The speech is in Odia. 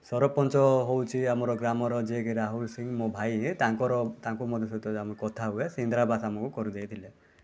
ସରପଞ୍ଚ ହେଉଛି ଆମ ଗ୍ରାମର ଯିଏ କି ରାହୁଲ ସିଂହ ମୋ ଭାଇ ତାଙ୍କର ତାଙ୍କମାନଙ୍କ ସହିତ ଆମେ କଥା ହୁଏ ସିଏ ଇନ୍ଦିରାବାସ ଆମକୁ କରିଦେଇଥିଲେ